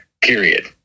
period